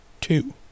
two